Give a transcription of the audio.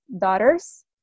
daughters